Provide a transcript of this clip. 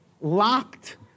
locked